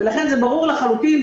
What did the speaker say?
לכן ברור לחלוטין,